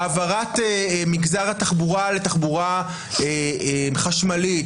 העברת מגזר התחבורה לתחבורה חשמלית,